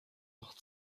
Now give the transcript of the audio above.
auch